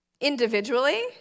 individually